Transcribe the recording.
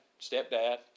stepdad